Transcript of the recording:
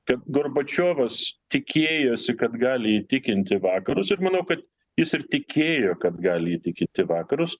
kad gorbačiovas tikėjosi kad gali įtikinti vakarus ir manau kad jis ir tikėjo kad gali įtikiti vakarus